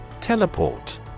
Teleport